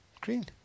Green